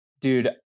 dude